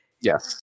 Yes